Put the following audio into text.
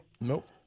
Nope